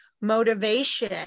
motivation